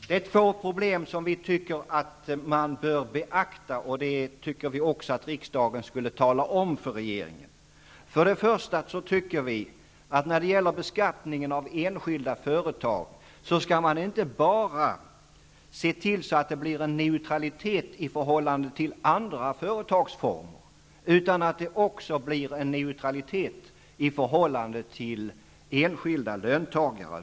Vi tycker att det finns två problem som bör beaktas i detta sammanhang, och vi menar att riksdagen skall tala om detta för regeringen. För det första tycker vi att man vid beskattningen av enskilda företag skall se till att det blir en neutralitet inte bara i förhållande till andra företagsformer, utan också i förhållande till enskilda löntagare.